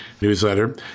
newsletter